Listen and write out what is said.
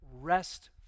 rest